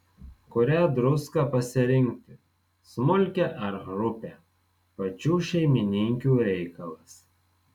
kurią druską pasirinkti smulkią ar rupią pačių šeimininkių reikalas